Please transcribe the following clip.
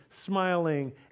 smiling